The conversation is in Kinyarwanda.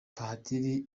padiri